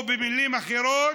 או במילים אחרות,